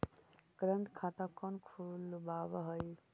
current खाता कौन खुलवावा हई